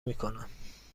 میکنم